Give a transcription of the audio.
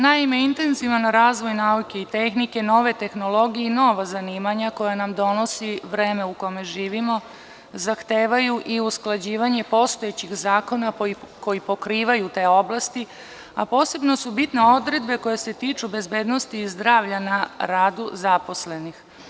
Naime, intenzivan razvoj nauke i tehnike, nove tehnologije i nova zanimanja koje nam donosi vreme u kome živimo zahtevaju i usklađivanje postojećih zakona koji pokrivaju te oblasti, a posebno su bitne odredbe koje se tiču bezbednosti i zdravlja na radu zaposlenih.